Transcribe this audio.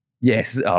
Yes